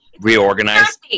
reorganize